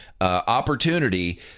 opportunity